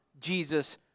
Jesus